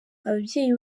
ababyeyi